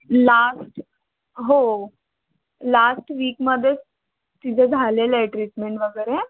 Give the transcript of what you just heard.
last हो last वीकमध्येचं तिचं झालेलं आहे ट्रीटमेंट वगैरे